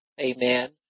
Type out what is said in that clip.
Amen